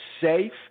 safe